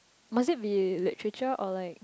must it be literature or like